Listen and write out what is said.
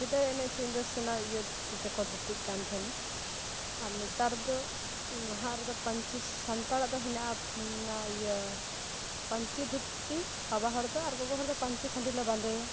ᱥᱮᱫᱟᱭᱟᱜ ᱮᱱᱮᱡ ᱥᱮᱨᱮᱧ ᱫᱚ ᱥᱮ ᱚᱱᱮ ᱤᱭᱟᱹᱫᱷᱩᱛᱤ ᱛᱮᱠᱚ ᱫᱷᱩᱛᱤᱜ ᱠᱟᱱ ᱛᱟᱦᱮᱱᱟ ᱟᱨ ᱱᱮᱛᱟᱨ ᱫᱚ ᱱᱟᱦᱟᱜ ᱨᱮᱫᱚ ᱯᱟᱹᱧᱪᱤ ᱥᱟᱱᱛᱟᱲᱟᱜ ᱫᱚ ᱦᱮᱱᱟᱜᱼᱟ ᱚᱱᱟ ᱤᱭᱟᱹ ᱯᱟᱹᱧᱪᱤ ᱫᱷᱩᱛᱤ ᱵᱟᱵᱟ ᱦᱚᱲ ᱫᱚ ᱟᱨ ᱜᱚᱜᱚ ᱦᱚᱲ ᱫᱚ ᱯᱟᱹᱧᱪᱤ ᱠᱷᱟᱸᱰᱤ ᱞᱮ ᱵᱟᱸᱫᱮᱭᱟ